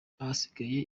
ahasigaye